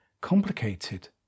complicated